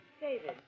David